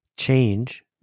Change